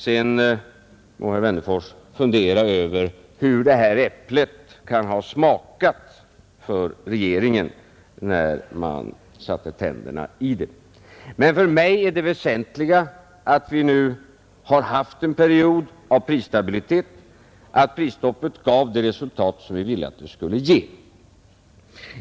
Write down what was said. Herr Wennerfors må fundera över hur det här äpplet kan ha smakat för regeringen när man satte tänderna i det, men för mig är det väsentliga att vi nu har haft en period av prisstabilitet, att prisstoppet gav det resultat som vi ville att det skulle ge.